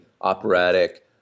operatic